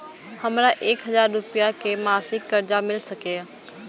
हमरा एक हजार रुपया के मासिक कर्जा मिल सकैये?